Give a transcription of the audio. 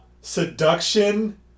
seduction